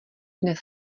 dnes